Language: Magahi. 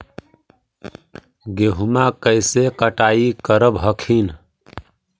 गेहुमा कैसे कटाई करब हखिन?